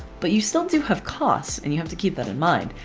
but you still do have costs. and you have to keep that in mind.